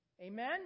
Amen